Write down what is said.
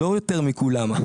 לא יותר מכולם,